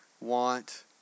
want